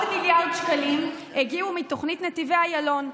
עוד מיליארד שקלים הגיעו מתוכנית נתיבי איילון.